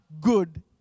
good